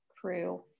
crew